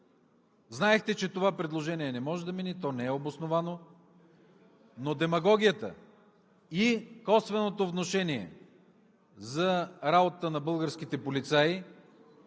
Знаехте, че това предложение не може да мине, то не е обосновано, но демагогията и косвеното внушение за работата на българските полицаи